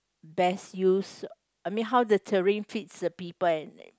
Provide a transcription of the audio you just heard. best use I mean how the terrain fits the people and